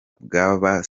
bw’aba